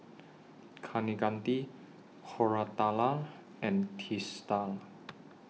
Kaneganti Koratala and Teesta